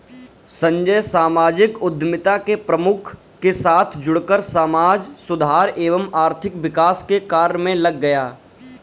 संजय सामाजिक उद्यमिता के प्रमुख के साथ जुड़कर समाज सुधार एवं आर्थिक विकास के कार्य मे लग गया